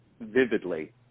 vividly